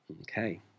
Okay